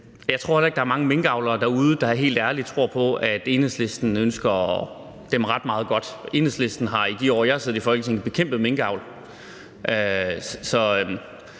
Jeg tror heller ikke, at der er mange minkavlere derude, der helt ærligt tror på, at Enhedslisten ønsker dem ret meget godt. Enhedslisten har i de år, jeg har siddet i Folketinget, bekæmpet minkavl.